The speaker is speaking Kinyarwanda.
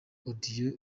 audios